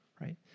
right